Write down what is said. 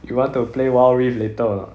you want to play wild rift later or not